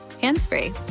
hands-free